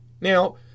Now